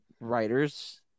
writers